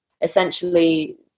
essentially